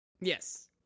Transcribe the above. Yes